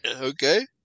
Okay